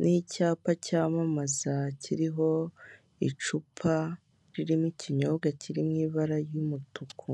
n'icyapa cyamamaza kiriho icupa ririmo ikinyobwa kiri mu ibara ry'umutuku.